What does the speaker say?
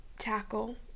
Tackle